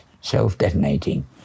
self-detonating